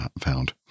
found